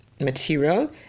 material